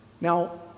Now